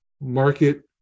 market